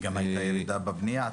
הייתה גם ירידה בהיקף הבנייה?